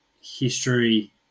history